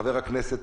חבר הכנסת